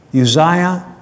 Uzziah